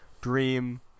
dream